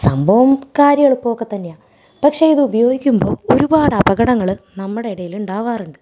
സംഭവം കാര്യം എളുപ്പമൊക്കെ തന്നെയാണ് പക്ഷേ ഇതുപയോഗിക്കുമ്പോൾ ഒരുപാടപകടങ്ങൾ നമ്മുടെ ഇടയിൽ ഉണ്ടാവാറുണ്ട്